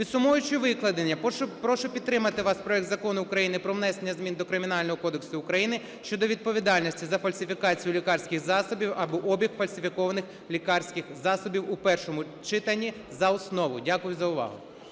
Підсумовуючи викладене, прошу підтримати вас проект Закону України про внесення змін до Кримінального кодексу України щодо відповідальності за фальсифікацію лікарських засобів або обіг фальсифікованих лікарських засобів у першому читанні за основу. Дякую за увагу.